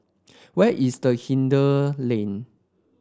where is Hindhede Lane